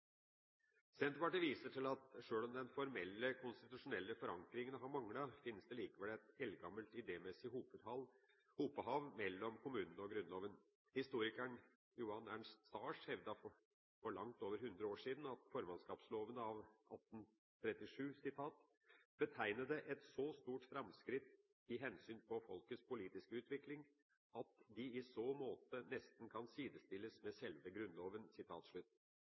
Senterpartiet viser til at sjøl om den formelle konstitusjonelle forankringen har manglet, finnes det likevel et eldgammelt idémessig hopehav mellom kommunene og Grunnloven. Historikeren Johan Ernst Sars hevdet for langt over 100 år siden at formannskapslovene av 1837 «betegnede et saa stort fremskridt i hensyn paa folkets politiske utvikling, at de i saa maade næsten kan sidestilles med selve